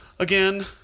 Again